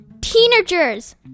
Teenagers